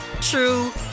true